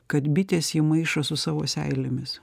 kad bitės jį maišo su savo seilėmis